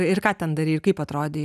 ir ką ten darei ir kaip atrodei